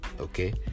okay